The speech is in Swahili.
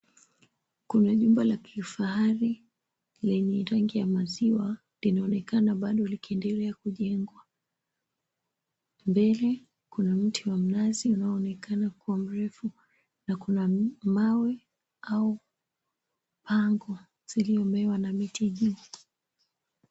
Kuna jumba la kifahari lenye rangi ya maziwa. Linaonekana bado likiendelea kujengwa. Mbele kuna mti wa mnazi unaoonekana kuwa mrefu na kuna mawe au pango zilizomewa na miti juu.